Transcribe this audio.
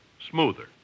smoother